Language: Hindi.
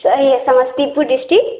चलो समस्तीपुर डिस्टिक